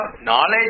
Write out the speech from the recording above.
knowledge